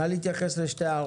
נא להתייחס.